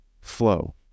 flow